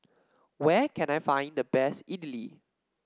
where can I find the best Idili